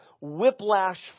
whiplash